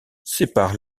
sépare